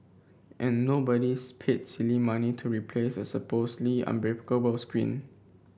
and nobody paid silly money to replace a supposedly unbreakable screen